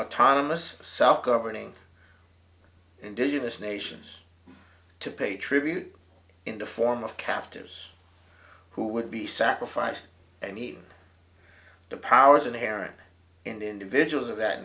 autonomous self governing indigenous nations to pay tribute in the form of captors who would be sacrificed and even the powers inherent in individuals of that